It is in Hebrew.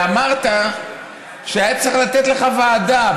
ואמרת שהיה צריך לתת לך ועדה,